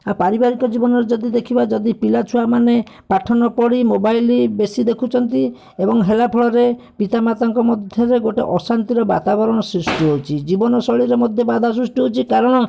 ଆଉ ପାରିବାରିକ ଜୀବନରେ ଯଦି ଦେଖିବା ଯଦି ପିଲା ଛୁଆମାନେ ପାଠ ନ ପଢ଼ି ମୋବାଇଲ୍ ବେଶୀ ଦେଖୁଛନ୍ତି ଏବଂ ହେଲା ଫଳରେ ପିତା ମାତାଙ୍କ ମଧ୍ୟରେ ଗୋଟେ ଅଶାନ୍ତିର ବାତାବରଣ ସୃଷ୍ଟି ହେଉଛି ଜୀବନଶୈଳୀରେ ମଧ୍ୟ ବାଧାସୃଷ୍ଟି ହେଉଛି କାରଣ